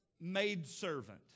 maidservant